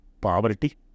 poverty